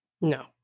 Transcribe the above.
No